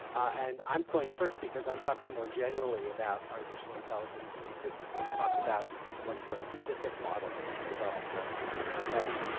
and i'm going first, because i'm talking more generally about artificial intelligence, and then chris is going to talk about a much more specific model that he's developed that i think is really exciting.